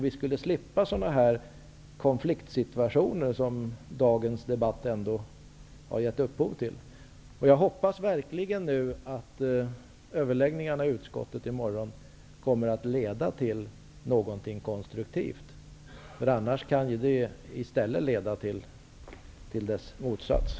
Vi skulle slippa konfliktsituationer som den dagens debatt har givit upphov till. Jag hoppas verkligen att överläggningarna i utskottet i morgon kommmer att leda till någonting konstruktivt. Annars kan effekten bli motsatsen.